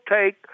take